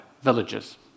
villages